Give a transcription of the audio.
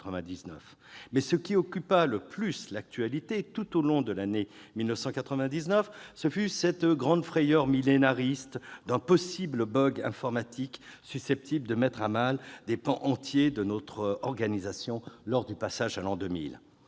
Mais ce qui occupa le plus l'actualité, tout au long de l'année 1999, ce fut cette grande frayeur millénariste d'un possible informatique susceptible de mettre à mal des pans entiers de notre organisation lors du passage à l'an 2000.